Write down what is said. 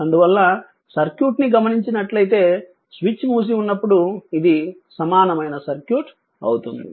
అందువలన సర్క్యూట్ ని గమనించినట్లైతే స్విచ్ మూసి ఉన్నప్పుడు ఇది సమానమైన సర్క్యూట్ అవుతుంది